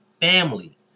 family